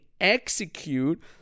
execute